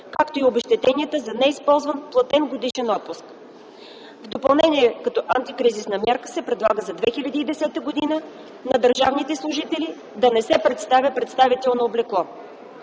както и обезщетенията за неизползван платен годишен отпуск. В допълнение като антикризисна мярка се предлага за 2010 г. на държавните служители да не се предоставя представително облекло.